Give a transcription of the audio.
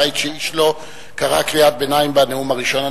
וראית שאיש לא קרא קריאת ביניים בנאום הראשון.